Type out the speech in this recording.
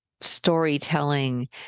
storytelling